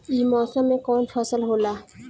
ई मौसम में कवन फसल होला?